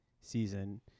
season